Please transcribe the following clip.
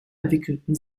entwickelten